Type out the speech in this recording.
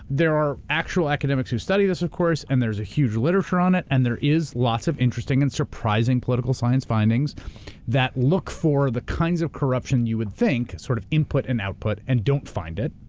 there are actual academics who study this of course and there is a huge literature on it and there is lots of interesting and surprising political science findings that look for the kinds of corruption you would think, sort of input and output and don't find it.